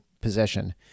possession